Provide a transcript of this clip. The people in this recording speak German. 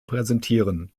präsentieren